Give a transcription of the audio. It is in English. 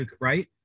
right